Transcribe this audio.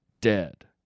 dead